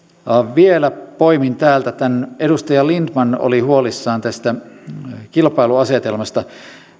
vielä poimin täältä tämän että edustaja lindtman oli huolissaan tästä kilpailuasetelmasta